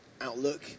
outlook